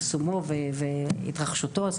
פרסומו והתרחשותו של האירוע,